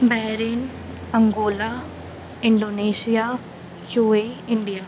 Bahrain Angola Indonesia U A E India